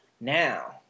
Now